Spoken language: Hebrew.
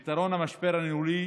פתרון המשבר הניהולי,